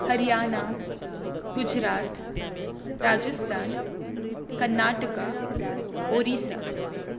Haryana Gujarat Rajasthan Karnataka Orissa